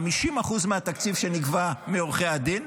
50% מהתקציב שנגבה מעורכי הדין,